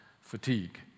fatigue